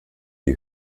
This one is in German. die